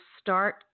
start